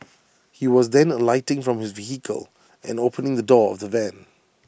he was then see alighting from his vehicle and opening the door of the van